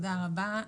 תודה רבה.